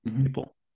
people